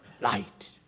light